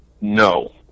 no